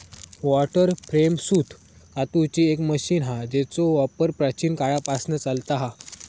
water frame सूत कातूची एक मशीन हा जेचो वापर प्राचीन काळापासना चालता हा